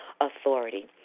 authority